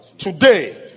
Today